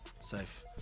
safe